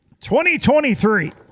2023